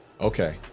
okay